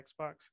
Xbox